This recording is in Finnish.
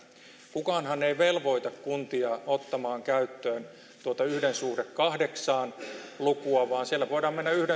kukaanhan ei velvoita kuntia ottamaan käyttöön tuota lukua yhden suhde kahdeksaan vaan siellä voidaan mennä